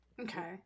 Okay